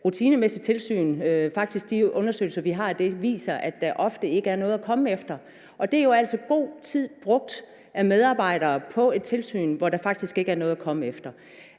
rutinemæssigt tilsyn – det viser de undersøgelser, vi har faktisk – er der ofte ikke noget at komme efter. Og det er jo altså god tid brugt af medarbejdere på et tilsyn, hvor der faktisk ikke er noget at komme efter.